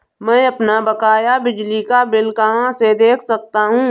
मैं अपना बकाया बिजली का बिल कहाँ से देख सकता हूँ?